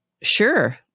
sure